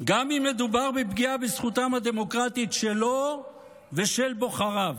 גם אם מדובר בפגיעה בזכותם הדמוקרטית שלו ושל בוחריו.